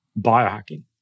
biohacking